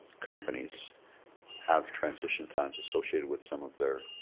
companies have transition times associated with some of their